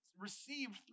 received